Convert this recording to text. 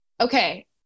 okay